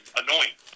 annoying